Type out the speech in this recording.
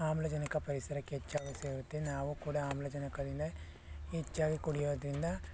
ಆಮ್ಲಜನಕ ಪರಿಸರಕ್ಕೆ ಹೆಚ್ಚಾಗಿಯೂ ಸೇರುತ್ತೆ ನಾವು ಕೂಡ ಆಮ್ಲಜನಕದಿಂದ ಹೆಚ್ಚಾಗಿ ಕುಡಿಯೋದರಿಂದ